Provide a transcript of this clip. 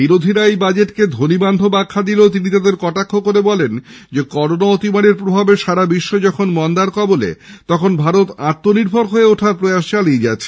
বিরোধীরা এই বাজেটকে ধ্বনিবান্ধব আখ্যা দিলেও তিনি তাদের কটাক্ষ করে বলেন করোনা অতিমারীর প্রভাবে সারা বিশ্ব যখন মন্দার কবলে তখন ভারত আত্মনির্ভর হয়ে ওঠার প্রয়াস চালিয়ে যাচ্ছে